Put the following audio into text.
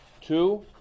Two